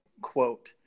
quote